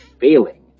failing